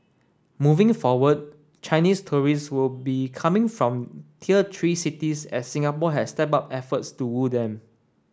moving forward Chinese tourist will be coming from tier three cities as Singapore has stepped up efforts to woo them